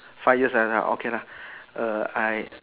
five years under ah okay lah err I